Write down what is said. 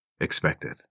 expected